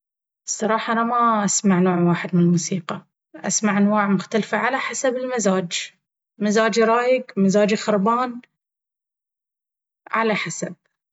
الصراحة أنا ما أسمع نوع واحد من الموسيقى أسمع أنواع مختلفة على حسب المزاج… مزاجي رايق؟ مزاجي خربان؟ على حسب.